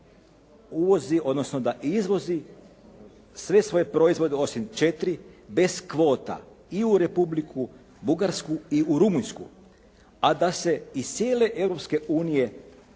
uvozi odnosno da izvozi sve svoje proizvode osim 4 bez kvota i u Republiku Bugarsku i u Rumunjsku, a da se iz cijele